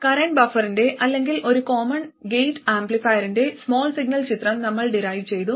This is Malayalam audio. കറന്റ് ബഫറിന്റെ അല്ലെങ്കിൽ ഒരു കോമൺ ഗേറ്റ് ആംപ്ലിഫയറിന്റെ സ്മാൾ സിഗ്നൽ ചിത്രം നമ്മൾ ഡിറൈവ് ചെയ്തു